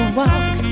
walk